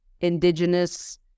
indigenous